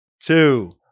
two